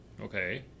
Okay